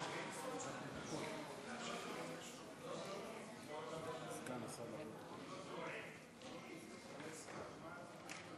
התשע"ו 2015, לוועדת החוקה, חוק ומשפט נתקבלה.